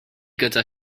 gyda